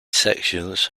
sections